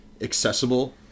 accessible